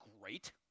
great